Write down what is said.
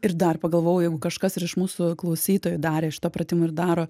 ir dar pagalvojau jeigu kažkas ir iš mūsų klausytojų darė šitą pratimą ir daro